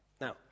Now